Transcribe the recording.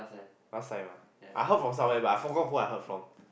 last time ah I heard from somewhere but I forgot who I heard from